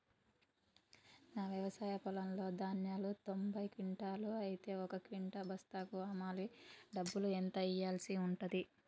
నా వ్యవసాయ పొలంలో ధాన్యాలు తొంభై క్వింటాలు అయితే ఒక క్వింటా బస్తాకు హమాలీ డబ్బులు ఎంత ఇయ్యాల్సి ఉంటది?